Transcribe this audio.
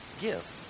Give